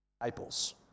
disciples